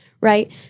right